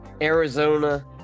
Arizona